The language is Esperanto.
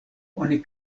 oni